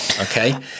Okay